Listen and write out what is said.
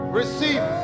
receive